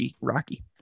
rocky